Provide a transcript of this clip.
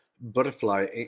Butterfly